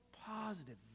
positive